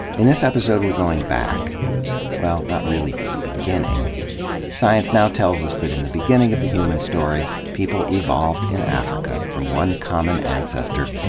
in this episode, we're going back well, not really to the beginning science now tells us that in the beginning of the human story, people evolved in africa from one common ancestor,